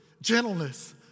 gentleness